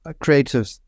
creative